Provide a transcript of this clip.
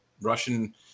Russian